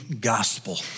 gospel